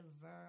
verb